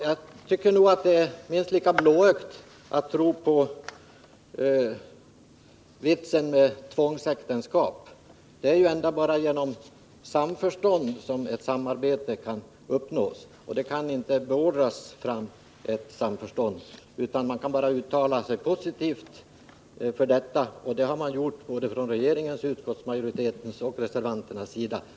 Jag tycker nog att det är minst lika blåögt att tro att det är någon vits med tvångsäktenskap. Det är ändå bara genom samförstånd som ett samarbete kan uppnås — det kan inte beordras fram. Man kan inte göra annat än att uttala sig positivt för ett samarbete — och det har man gjort såväl från regeringens som från utskottsmajoritetens och reservanternas sida.